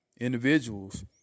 individuals